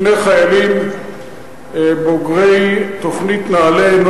שני חיילים בוגרי תוכנית נעל"ה,